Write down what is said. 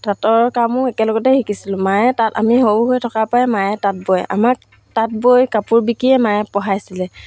তাঁতৰ কামো একেলগতে শিকিছিলোঁ মায়ে তাঁত আমি সৰু হৈ থকা পৰাই মায়ে তাঁত বয় আমাক তাঁত বৈ কাপোৰ বিকিয়ে মায়ে পঢ়াইছিলে